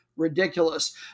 Ridiculous